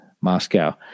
Moscow